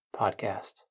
podcast